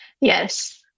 Yes